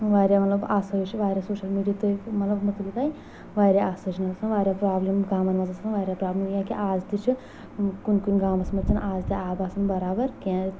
واریاہ مطلب آشٲیش واریاہ سوشَل میٖڈیا تہٕ یِوٚے واریاہ آشٲیش گژھان واریاہ پروبلم گامَن منٛز آسان واریاہ پرابلم یہِ کیٚاہ آز تہِ چھِ کُنہِ کُنہِ گامَس منٛز آز تہِ آب آسان برابر کیٚنٛہہ تہٕ